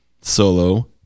solo